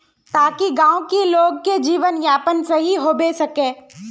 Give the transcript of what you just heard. ताकि गाँव की लोग के जीवन यापन सही होबे सके?